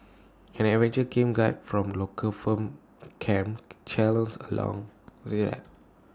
an adventure camp guide from local firm camp challenge along